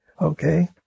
Okay